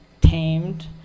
tamed